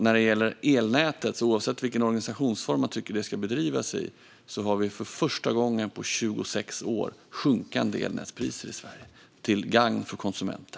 När det gäller elnätet, oavsett vilken organisationsform man tycker att det ska bedrivas i, har vi för första gången på 26 år sjunkande elnätspriser i Sverige, till gagn för konsumenter.